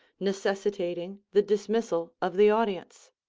necessitating the dismissal of the audience.